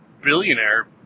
billionaire